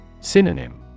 Synonym